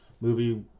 movie